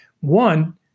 One